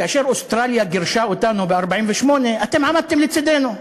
כאשר אוסטרליה גירשה אותנו ב-1948 אתם עמדתם לצדנו.